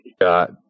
got